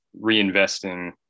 reinvesting